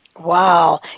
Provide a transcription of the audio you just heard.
Wow